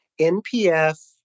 NPF